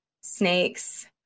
snakes